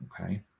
Okay